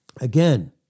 again